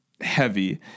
heavy